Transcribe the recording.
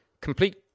complete